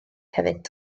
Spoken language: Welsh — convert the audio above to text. hefyd